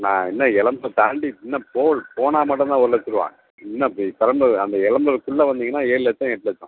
நான் இன்னும் எளந்த்த தாண்டி இன்னும் போகுல் போனால் மட்டும் தான் ஒரு லட்ச ரூபா இன்னும் அப்படி பெரம்பலூர் அந்த எளம்பலூருக்குள்ள வந்தீங்கன்னா ஏழு லட்சம் எட்டு லட்சம்